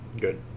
Good